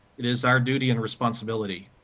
it is our duty and responsibility,